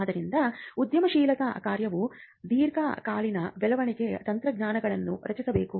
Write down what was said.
ಆದ್ದರಿಂದ ಉದ್ಯಮಶೀಲತಾ ರಾಜ್ಯವು ದೀರ್ಘಕಾಲೀನ ಬೆಳವಣಿಗೆಯ ತಂತ್ರಗಳನ್ನು ರಚಿಸಬೇಕು